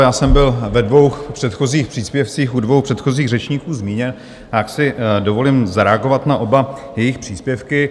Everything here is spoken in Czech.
Já jsem byl ve dvou předchozích příspěvcích u dvou předchozích řečníků zmíněn, tak si dovolím zareagovat na oba jejich příspěvky.